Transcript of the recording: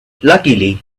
luckily